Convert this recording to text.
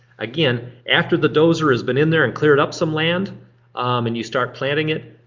again, after the dozer has been in there and cleared up some land and you start planting it,